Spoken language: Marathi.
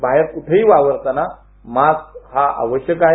बाहेर क्ठेही वावरताना मास्क हा आवश्यक आहे